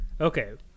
okay